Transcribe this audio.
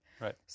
right